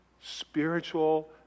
spiritual